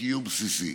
לקיום בסיסי.